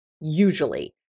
usually